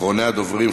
אחרוני הדוברים,